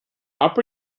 upper